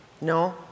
No